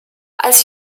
als